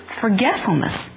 forgetfulness